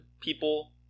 people